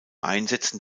einsetzen